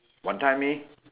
Wanton-Mee